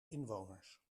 inwoners